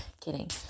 Kidding